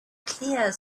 clear